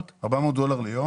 400 דולר ליום.